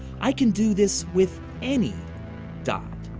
i can do this with any dot.